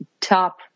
top